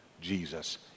Jesus